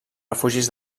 refugis